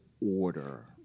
order